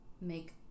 make